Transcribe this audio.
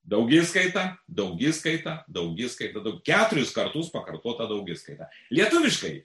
daugiskaita daugiskaita daugiskaita dau keturis kartus pakartota daugiskaita lietuviškai